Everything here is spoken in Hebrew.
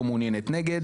לא מעוניינת נגד,